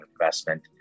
investment